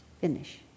finish